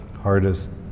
hardest